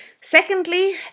Secondly